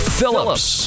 Phillips